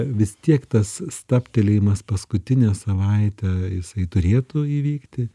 vis tiek tas stabtelėjimas paskutinę savaitę jisai turėtų įvykti